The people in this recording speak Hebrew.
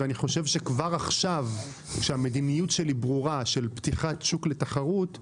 כבר עכשיו כשהמדיניות שלי לפתיחת השוק לתחרות ברורה